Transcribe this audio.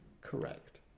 Correct